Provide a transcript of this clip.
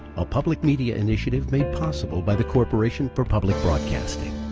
a public media initiative made possible by the corporation for public broadcasting.